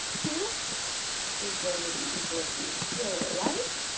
two is going to be equal to swiller light